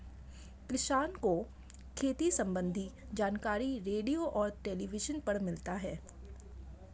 किसान को खेती सम्बन्धी जानकारी रेडियो और टेलीविज़न पर मिलता है